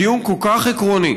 בדיון כל כך עקרוני,